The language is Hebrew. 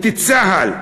את צה"ל,